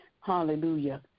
hallelujah